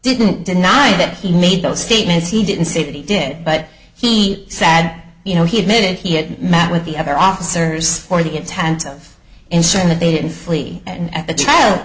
didn't deny that he made those statements he didn't say that he did but he sad you know he admitted he hadn't met with the other officers or the intent of ensuring that they didn't flee and at the trial